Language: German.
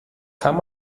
kann